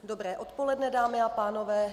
Dobré odpoledne, dámy a pánové.